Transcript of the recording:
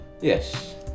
Yes